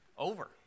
Over